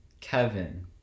Kevin